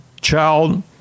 child